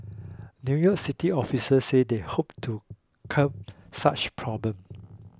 New York City officials said they hoped to curb such problems